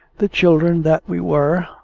the children that we were,